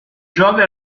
giove